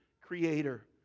creator